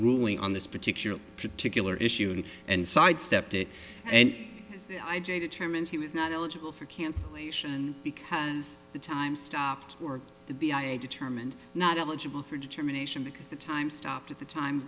ruling on this particular particular issue and sidestepped it and i j determined he was not eligible for cancellation because the time stopped or determined not eligible for determination because the time stopped at the time